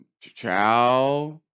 Ciao